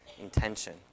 intention